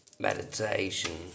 Meditation